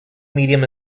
medium